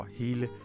hele